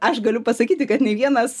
aš galiu pasakyti kad nei vienas